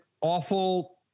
awful